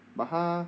but 他